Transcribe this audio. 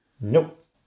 Nope